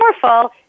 powerful